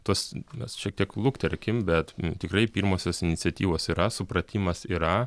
tuos mes šiek tiek lukterkim bet tikrai pirmosios iniciatyvos yra supratimas yra